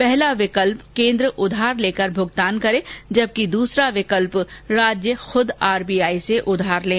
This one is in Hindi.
पहला विकल्प केंद्र उधार लेकर भुगतान करे जबकि दूसरा विकल्प राज्य खुद आरबीआई से उधार लें